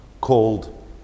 called